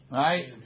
right